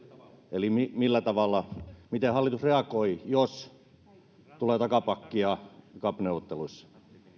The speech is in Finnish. eli miten hallitus reagoi jos tulee takapakkia cap neuvotteluissa